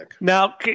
Now